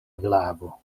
glavo